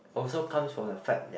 also comes from the fact that